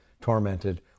tormented